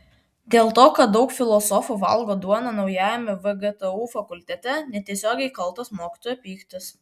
dėl to kad daug filosofų valgo duoną naujajame vgtu fakultete netiesiogiai kaltas mokytojo pyktis